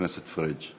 חבר הכנסת פריג'.